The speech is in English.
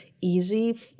easy